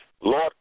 Lord